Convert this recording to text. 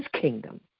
kingdom